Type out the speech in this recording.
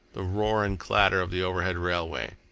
the roar and clatter of the overhead railway,